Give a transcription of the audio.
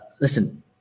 Listen